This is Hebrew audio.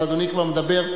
אבל אדוני כבר מדבר,